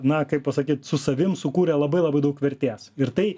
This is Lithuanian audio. na kaip pasakyt su savim sukūrė labai labai daug vertės ir tai